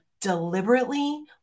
deliberately